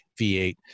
V8